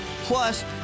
Plus